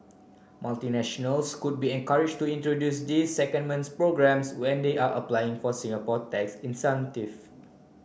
multinationals could be encourage to introduce these secondment programs when they are applying for Singapore tax incentives